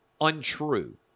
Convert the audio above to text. untrue